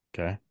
Okay